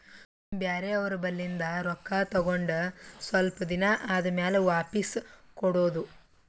ಬ್ಯಾರೆ ಅವ್ರ ಬಲ್ಲಿಂದ್ ರೊಕ್ಕಾ ತಗೊಂಡ್ ಸ್ವಲ್ಪ್ ದಿನಾ ಆದಮ್ಯಾಲ ವಾಪಿಸ್ ಕೊಡೋದು